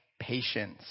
patience